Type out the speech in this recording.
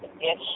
Yes